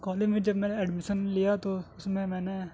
college میں جب میں نے ایڈمشن لیا تو اس میں میں نے